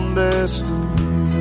destiny